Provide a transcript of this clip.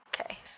Okay